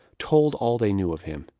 told all they knew of him.